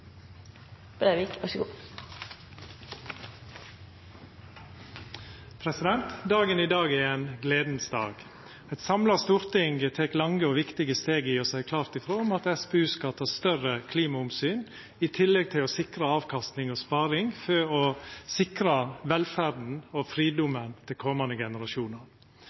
viktige steg i å seia klart ifrå om at SPU skal ta større klimaomsyn i tillegg til å sikra avkastning og sparing for å trygga velferda og fridomen til komande generasjonar.